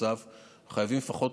חייבים לפחות